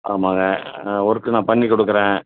ஆமாங்க ஒர்க்கு நான் பண்ணிக் கொடுக்கறேன்